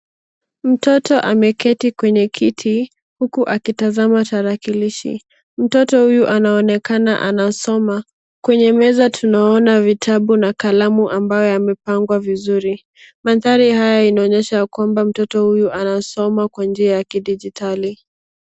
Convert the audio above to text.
Mtoto ameketi kwenye kiti, huku akitazama tarakilishi. Mtoto huyu anaonekana anasoma. Kwenye meza tunaona vitabu na kalamu ambayo yamepangwa vizuri. Mandhari haya inaonyesha ya kwamba mtoto huyu anasoma kwa njia ya kidijitali.